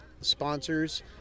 sponsors